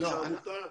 אליהם?